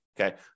Okay